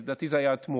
לדעתי זה היה אתמול.